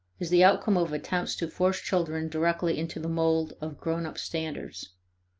is the outcome of attempts to force children directly into the mold of grown-up standards.